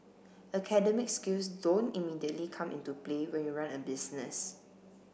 academic skills don't immediately come into play when you run a business